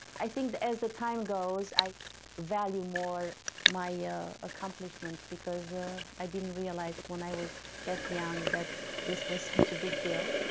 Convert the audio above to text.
i think as the time goes, i value more my accomplishments because i didn't realise when i was that young that this was such a big deal.